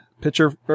picture